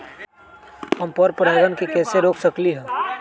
हम पर परागण के कैसे रोक सकली ह?